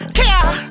care